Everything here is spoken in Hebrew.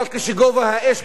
אבל כשגובה האש,